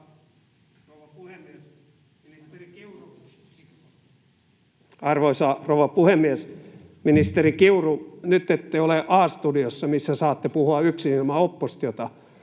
Arvoisa rouva puhemies! Ministeri Kiuru, nyt ette ole A-studiossa, missä saatte puhua yksin ilman oppositiota.